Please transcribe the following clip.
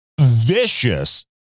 vicious